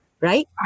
Right